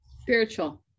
Spiritual